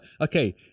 Okay